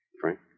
Frank